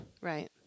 Right